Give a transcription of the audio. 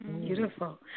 Beautiful